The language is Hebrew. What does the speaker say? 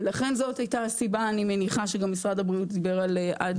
ולכן זאת הייתה הסיבה אני מניחה שגם משרד הבריאות דיבר עד גיל שנה.